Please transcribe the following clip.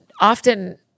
Often